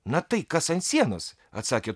na tai kas ant sienos atsakė